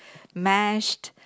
mashed